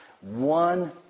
one